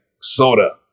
soda